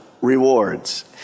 rewards